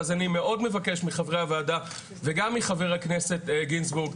אז אני מאוד מבקש מחברי הוועדה וגם מחבר הכנסת גינזבורג,